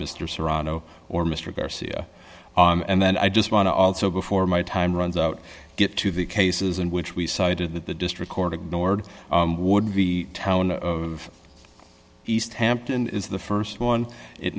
mr serrano or mr garcia and then i just want to also before my time runs out get to the cases in which we cited that the district court ignored would be a town of east hampton is the st one it